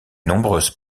nombreuses